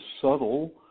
subtle